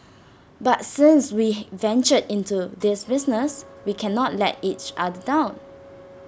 but since we ventured into this business we cannot let each other down